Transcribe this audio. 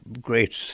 great